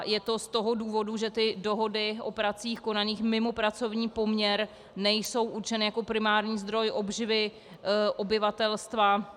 Je to z toho důvodu, že dohody o pracích konaných mimo pracovní poměr nejsou určeny jako primární zdroj obživy obyvatelstva.